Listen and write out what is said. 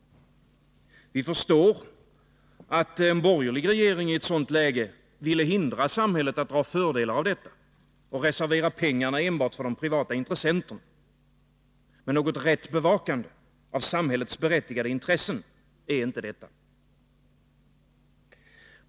Vi förstår att en borgerlig regering i ett sådant läge vill hindra samhället att dra fördelar av detta och reservera pengarna enbart för de privata intressenterna. Men något riktigt bevakande av samhällets berättigade intressen är inte detta.